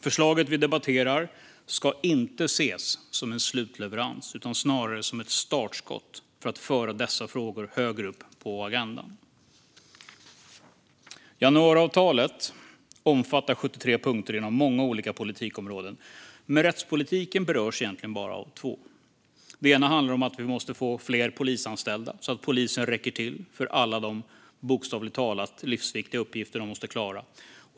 Förslaget vi debatterar ska inte ses som en slutleverans utan snarare som ett startskott för att föra dessa frågor högre upp på agendan. Januariavtalet omfattar 73 punkter inom många olika politikområden, men rättspolitiken berörs egentligen bara av två. Den ena handlar om att vi måste få fler polisanställda så att polisen räcker till för alla de bokstavligt talat livsviktiga uppgifter de måste klara.